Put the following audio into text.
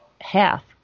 half